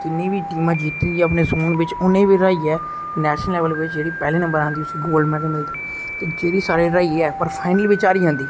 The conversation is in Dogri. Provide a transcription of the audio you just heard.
जिन्नी बी टीमां जिती दियां अपने योन च उनेंगी हराइयै नेशनल लेबल च जेहड़ी पैहली नम्बर आंदी उसी गेल्ड मेडल मिलदा जेहड़ी सारें गी हराइयै पर फाइनल बिच हारी जंदी